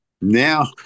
Now